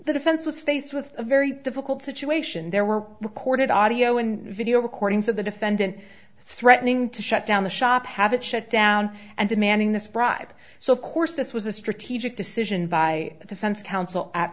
the defense was faced with a very difficult situation there were recorded audio and video recordings of the defendant threatening to shut down the shop have it shut down and demanding this bribe so of course this was a strategic decision by the defense counsel at